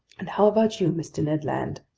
and how about you, mr. ned land?